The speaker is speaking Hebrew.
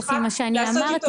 לפי מה שאמרתי,